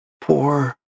Poor